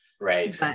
Right